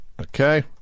Okay